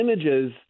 images